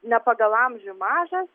ne pagal amžių mažas